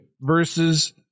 versus